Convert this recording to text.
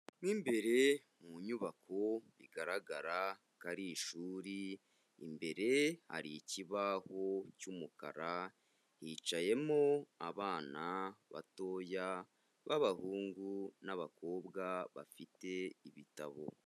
Mo imbere mu nyubako bigaragara ko ari ishuri, imbere hari ikibaho cy'umukara, hicayemo abana batoya b'abahungu n'abakobwa bafite ibitabo.